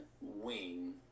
wing